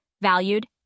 valued